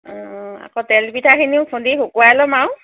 অঁ আকৌ তেল পিঠাখিনিও খুন্দি শুকুৱাই ল'ম আৰু